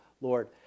Lord